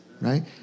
right